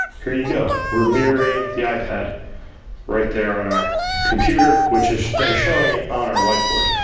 here you go. we're mirroring the ipad right there on our computer, which is then showing it on our whiteboard.